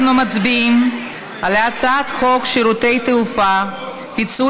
אנחנו מצביעים על הצעת חוק שירותי תעופה (פיצוי